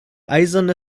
eiserne